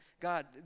God